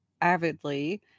avidly